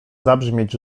zabrzmieć